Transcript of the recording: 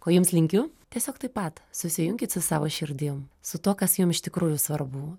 ko jums linkiu tiesiog taip pat susijunkit su savo širdim su tuo kas jum iš tikrųjų svarbu